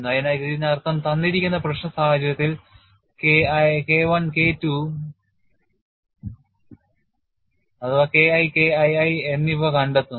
അതിനാൽ അതിനർത്ഥം തന്നിരിക്കുന്ന പ്രശ്ന സാഹചര്യത്തിൽ K I K II എന്നിവ കണ്ടെത്തുന്നു